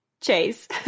chase